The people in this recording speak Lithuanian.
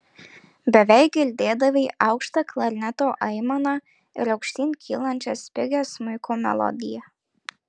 beveik girdėdavai aukštą klarneto aimaną ir aukštyn kylančią spigią smuiko melodiją